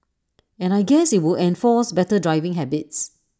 and I guess IT would enforce better driving habits